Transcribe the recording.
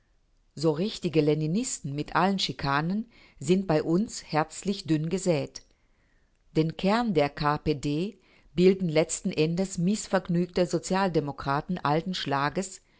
so richtige leninisten mit allen schikanen sind bei uns herzlich dünn gesät den kern der k p d bilden letzten endes mißvergnüge sozialdemokraten alten schlages